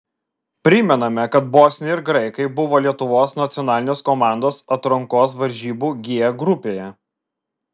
primename kad bosniai ir graikai buvo lietuvos nacionalinės komandos atrankos varžybų g grupėje